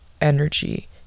energy